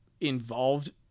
involved